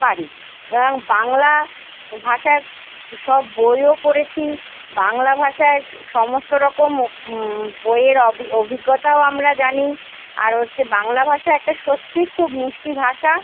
পারি এবং বাংলা ভাষার সব বইও পড়েছি বাংলা ভাষায় স সমস্ত রকম বইয়ের অভি অভিজ্ঞতাও আমরা জানি আর হচ্ছে বাংলা ভাষা একটা সত্যি খুব মিষ্টি ভাষা